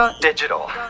Digital